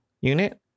unit